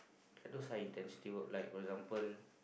like those high intensity work like for example